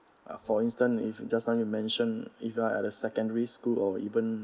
for instance if just now you mention if you are at a secondary school or even